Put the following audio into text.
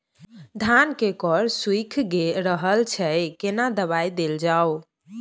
धान के कॉर सुइख रहल छैय केना दवाई देल जाऊ?